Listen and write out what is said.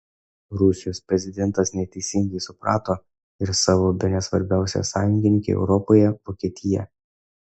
rusijos prezidentas neteisingai suprato ir savo bene svarbiausią sąjungininkę europoje vokietiją